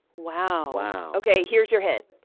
wow ok. here's your hint.